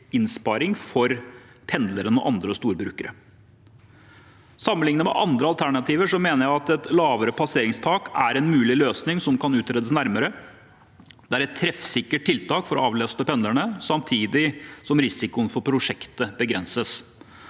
innsparing for pendlere og andre storbrukere. Sammenlignet med andre alternativer mener jeg at et lavere passeringstak er en mulig løsning som kan utredes nærmere. Det er et treffsikkert tiltak for å avlaste pendlerne, samtidig som risikoen for prosjektet begrenses.